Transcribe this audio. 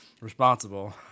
responsible